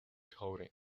coating